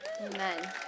Amen